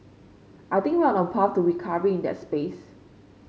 I think we're on a path to recovery in that space